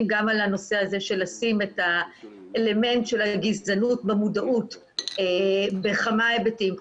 גם אל הנושא הזה של לשים את האלמנט של הגזענות במודעות בכמה היבטים.